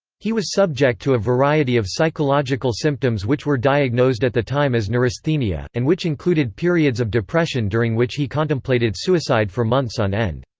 he was subject to a variety of psychological symptoms which were diagnosed at the time as neurasthenia, and which included periods of depression during which he contemplated suicide for months on end.